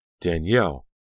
Danielle